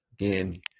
Again